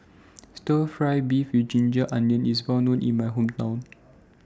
Stir Fry Beef with Ginger Onions IS Well known in My Hometown